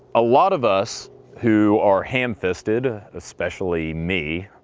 a lot of us who are ham-fisted, especially me,